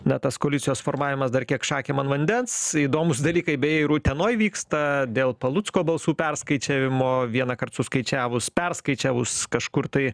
na tas koalicijos formavimas dar kiek šakėm ant vandens įdomūs dalykai beje ir utenoj vyksta dėl palucko balsų perskaičiavimo vienąkart suskaičiavus perskaičiavus kažkur tai